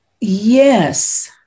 Yes